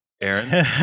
Aaron